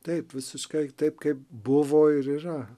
taip visiškai taip kaip buvo ir yra